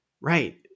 Right